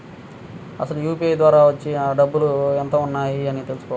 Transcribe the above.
అసలు యూ.పీ.ఐ ద్వార వచ్చిన డబ్బులు ఎంత వున్నాయి అని ఎలా తెలుసుకోవాలి?